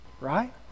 Right